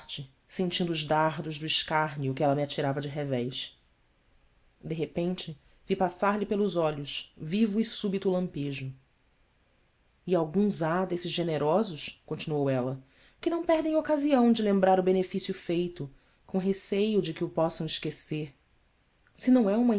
parte sentindo os dardos do escárnio que ela me atirava de revés de repente vi passar-lhe pelos olhos vivo e súbito lampejo alguns há desses generosos continuou ella que não perdem ocasião de lembrar o beneficio feito com receio de que o possam esquecer se não é uma